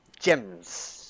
gems